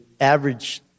average